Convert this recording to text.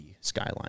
skyline